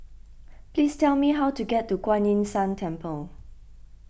please tell me how to get to Kuan Yin San Temple